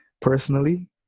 personally